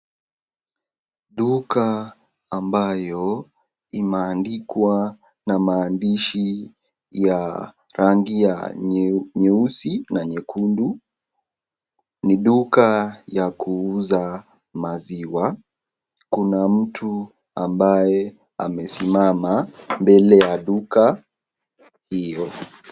Duka ambayo imeandikwa na maandishi ya rangi ya nyeusi na nyekundu ni duka ya kuuza maziwa kuna mtu ambaye amesimama mbele ya duka hiyo.